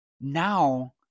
now